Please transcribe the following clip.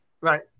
Right